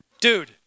dude